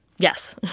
Yes